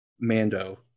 Mando